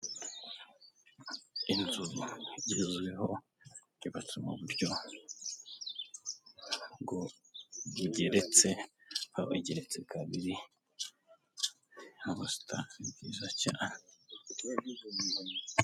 Inzu igezweho yubatsemo buryo bugeretse, ikaba igeretse kabiri, hari ubusitani bwiza cyane.